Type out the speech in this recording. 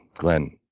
glenn,